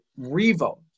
revote